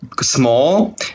small